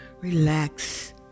relax